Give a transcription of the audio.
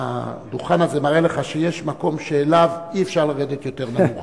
הדוכן הזה מראה לך שיש מקום שאליו אי-אפשר לרדת יותר נמוך.